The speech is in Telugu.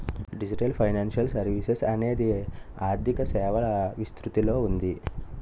డిజిటల్ ఫైనాన్షియల్ సర్వీసెస్ అనేది ఆర్థిక సేవల విస్తృతిలో ఉంది